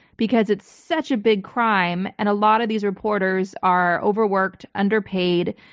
because it's such a big crime. and a lot of these reporters are overworked, underpaid.